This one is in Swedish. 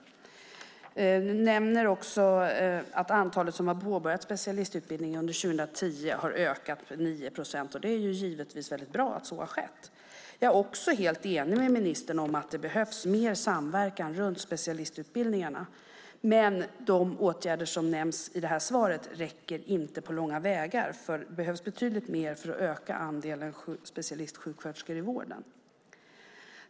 Ministern nämner också att antalet personer som har påbörjat specialistutbildning under 2010 har ökat med 9 procent. Det är givetvis bra att så har skett. Jag är också helt enig med ministern om att det behövs mer samverkan runt specialistutbildningarna. Men de åtgärder som nämns i detta svar räcker inte på långa vägar. Det behövs betydligt mer för att öka andelen specialistsjuksköterskor i vården.